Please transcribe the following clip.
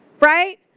Right